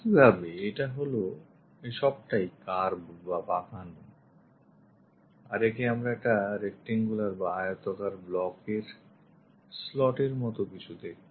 একইভাবে এটা হলো সবটাই curve বা বাকানো আর একে আমরা একটি rectangular বা আয়তাকার block এর slot এর মত কিছু দেখব